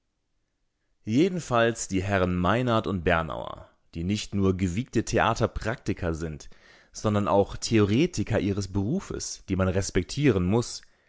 jedenfalls die herren meinhard und bernauer die nicht nur gewiegte theaterpraktiker sind sondern auch theoretiker ihres berufes die man respektieren muß